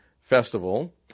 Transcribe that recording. festival